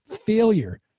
Failure